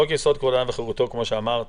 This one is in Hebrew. בחוק-יסוד: כבוד האדם וחירותו, כפי שאמרת